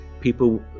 People